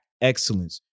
excellence